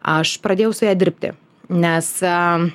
aš pradėjau su ja dirbti nes